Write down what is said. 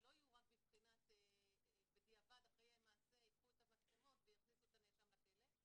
שהן לא תהיינה מצלמות שרק בדיעבד ייקחו אותן ויכניסו את הנאשם לכלא,